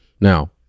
Now